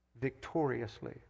victoriously